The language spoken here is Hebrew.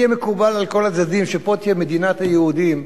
שיהיה מקובל על כל הצדדים שפה תהיה מדינת היהודים.